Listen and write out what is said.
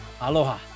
Aloha